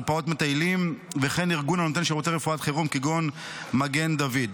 מרפאות מטיילים וכן ארגון הנותן שירותי רפואת חירום כגון מגן דוד.